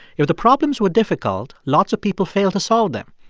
if the problems were difficult, lots of people failed to solve them.